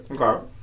Okay